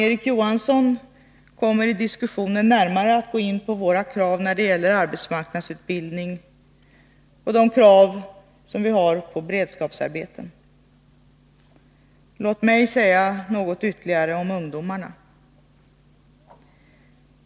Erik Johansson kommer i diskussionen närmare att gå in på våra krav när det gäller arbetsmarknadsutbildning och de krav som vi har på beredskapsarbeten. Låt mig säga något ytterligare om ungdomarna.